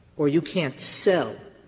or you can't sell